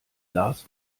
lars